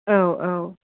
औ औ